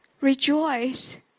rejoice